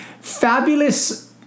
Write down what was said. fabulous